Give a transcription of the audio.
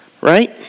Right